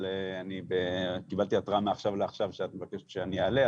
אבל אני קיבלתי התראה מעכשיו לעכשיו שאת מבקשת שאני אעלה,